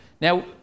Now